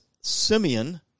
Simeon